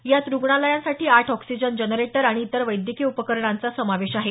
यात रुग्णालयांसाठी आठ ऑक्सिजन जनरेटर आणि इतर वैद्यकीय उपकरणांचा समावेश आहे